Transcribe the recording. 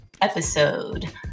episode